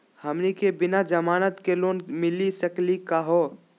हमनी के बिना जमानत के लोन मिली सकली क हो?